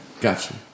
gotcha